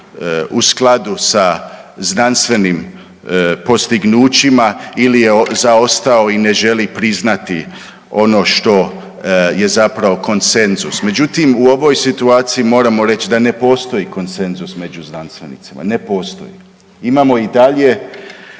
u skladu sa znanstvenim postignućima ili je zaostao i ne želi priznati ono što je zapravo konsenzus. Međutim, u ovoj situaciji moramo reć da ne postoji konsenzus među znanstvenicima, ne postoji. Imamo i dalje